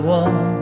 one